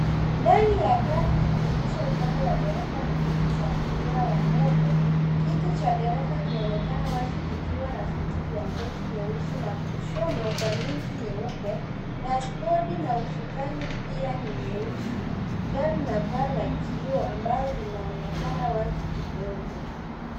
Ndani ya gari ikionyesha upande wa dereva na kiti cha abiria wa mbele. Kiti cha dereva kinaonekana wazi kikiwa na viti vya ngozi nyeusi na kushonwa kwa nyuzi nyeupe, dashibodi na usukani pia ni nyeusi. Gari lina paa ya kioo ambalo linaonekana wazi kidogo.